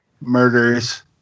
murders